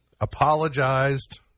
apologized